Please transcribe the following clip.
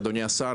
אדוני השר,